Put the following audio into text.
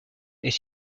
est